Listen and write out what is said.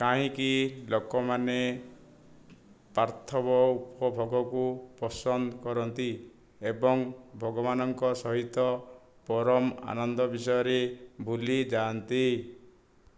କାହିଁକି ଲୋକମାନେ ପାର୍ଥିବ ଉପଭୋଗକୁ ପସନ୍ଦ କରନ୍ତି ଏବଂ ଭଗବାନଙ୍କ ସହିତ ପରମ ଆନନ୍ଦ ବିଷୟରେ ଭୁଲିଯାଆନ୍ତି